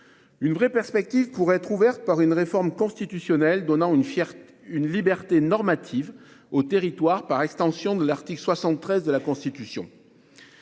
Un horizon pourrait être ouvert par une réforme constitutionnelle donnant une liberté normative aux territoires, par extension de l'article 73 de la Constitution.